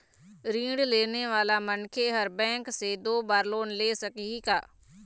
ऋण लेने वाला मनखे हर बैंक से दो बार लोन ले सकही का?